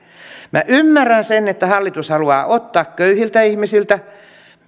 minä ymmärrän sen että hallitus haluaa ottaa köyhiltä ihmisiltä